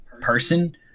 person